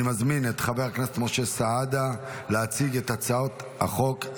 אני מזמין את חבר הכנסת משה סעדה להציג את הצעת החוק.